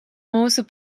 mūsu